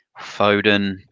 Foden